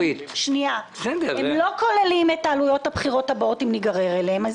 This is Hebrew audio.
הם לא כוללים את עלויות הבחירות הבאות אם ניגרר אליהן,